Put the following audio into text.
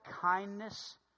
kindness